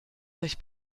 sich